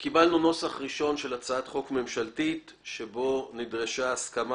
קיבלנו נוסח ראשון להצעת חוק ממשלתית שבה נדרשה ההסכמה